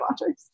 watchers